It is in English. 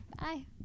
Bye